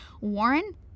Warren